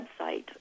website